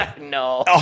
No